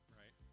right